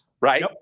right